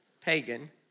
Pagan